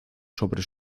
sobre